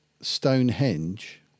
Stonehenge